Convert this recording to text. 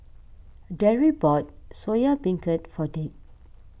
Darrick bought Soya Beancurd for Dick